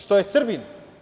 Što je Srbin.